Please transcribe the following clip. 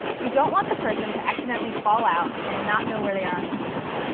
you don't want the person to accidentally fall out and not know where they are on the page.